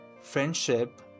Friendship